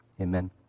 Amen